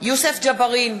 יוסף ג'בארין,